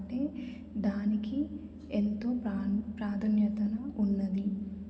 దానికి ఎంతో ప్రా ప్రాధాన్యతను ఉన్నది